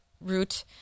route